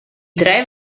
tre